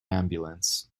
ambulance